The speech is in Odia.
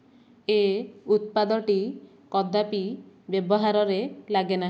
ଏ ଉତ୍ପାଦଟି କଦାପି ବ୍ୟବହାରରେ ଲାଗେନା